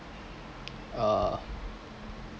uh